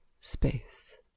space